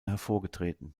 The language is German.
hervorgetreten